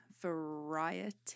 Variety